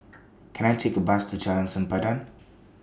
Can I Take A Bus to Jalan Sempadan